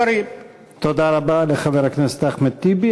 תודה רבה לחבר הכנסת אחמד טיבי.